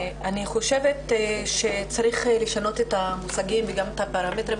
אני חושבת שצריך לשנות את המושגים וגם את הפרמטרים,